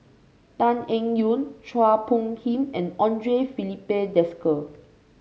Tan Eng Yoon Chua Phung Kim and Andre Filipe Desker